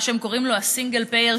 מה שהם קוראים לו ה-single payer,